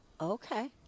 okay